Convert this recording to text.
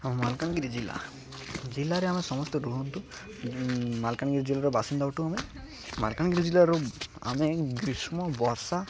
ଆମ ମାଲକାନଗିରି ଜିଲ୍ଲା ଜିଲ୍ଲାରେ ଆମେ ସମସ୍ତେ ରୁହନ୍ତୁ ମାଲକାନଗିରି ଜିଲ୍ଲାର ବାସିନ୍ଦା ଅଟୁ ଆମେ ମାଲକାନଗିରି ଜିଲ୍ଲାର ଆମେ ଗ୍ରୀଷ୍ମ ବର୍ଷା